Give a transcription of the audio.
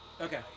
Okay